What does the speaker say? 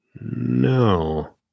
no